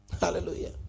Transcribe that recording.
Hallelujah